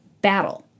battle